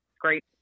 great